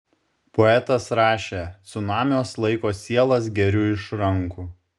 poetas rašė cunamiuos laiko sielas geriu iš rankų